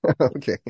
okay